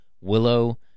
Willow